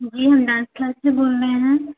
जी हम dance class से बोल रहे हैं